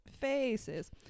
faces